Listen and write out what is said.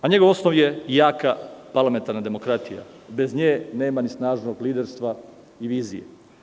Njegov osnov je jaka parlamentarna demokratija, bez nje nema ni snažnog liderstva i vizije.